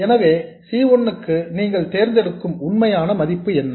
எனவே C 1 க்கு நீங்கள் தேர்ந்தெடுக்கும் உண்மையான மதிப்பு என்ன